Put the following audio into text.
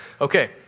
Okay